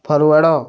forward